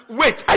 wait